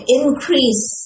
increase